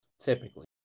typically